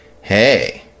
hey